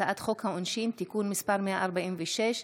הצעת חוק העונשין (תיקון מס' 146)